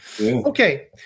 Okay